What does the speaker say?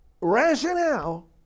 rationale